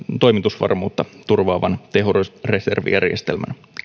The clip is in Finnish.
toimitusvarmuutta turvaavan tehoreservijärjestelmän